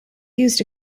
used